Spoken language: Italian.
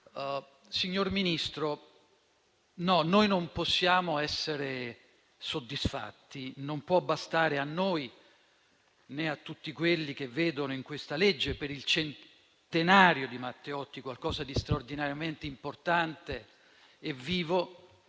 Signor Ministro, no, noi non possiamo essere soddisfatti. Non può bastare a noi, né a tutti quelli che vedono in questa legge per il centenario dell'assassinio di Matteotti qualcosa di straordinariamente importante e vivo,